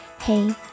Hey